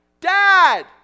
Dad